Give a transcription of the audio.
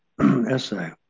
Essay